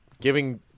giving